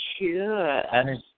Sure